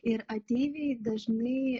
ir ateiviai dažnai